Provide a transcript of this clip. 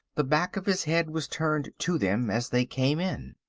the back of his head was turned to them as they came in.